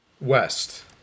West